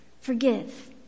forgive